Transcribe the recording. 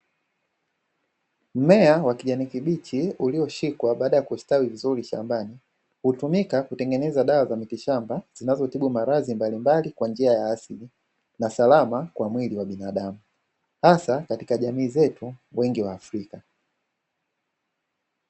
Mmea wa kijani kibichi ulioshikwa baada ya kustawi vizuri shambani, hutumika kutengeneza dawa za miti shamba zinazotibu maradhi mabalimbali kwa njia ya asili, na salama kwa mwili wa binadamu, hasa katika jamii zetu wengi waafrika.